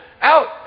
out